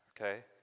okay